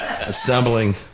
assembling